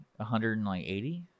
180